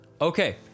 Okay